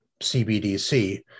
CBDC